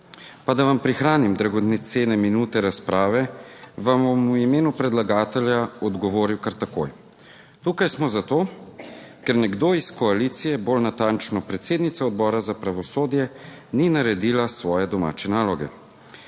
Pa da vam prihranim dragocene minute razprave, vam bom v imenu predlagatelja odgovoril kar takoj. Tukaj smo zato, ker nekdo iz koalicije, bolj natančno predsednica Odbora za pravosodje, ni naredila svoje domače naloge.